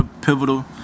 pivotal